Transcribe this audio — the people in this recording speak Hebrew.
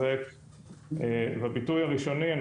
אנחנו יכולים לראות מה קרה לחברות הישראליות שהנפיקו,